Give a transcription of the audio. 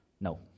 no